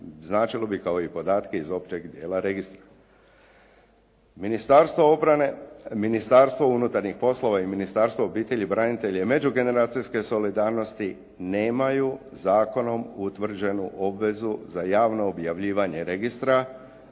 značilo bi kao i podatke iz općeg dijela registra. Ministarstvo obrane, Ministarstvo unutarnjih poslova i Ministarstvo obitelji, branitelja i međugeneracijske solidarnosti nemaju zakonom utvrđenu obvezu za javno objavljivanje registra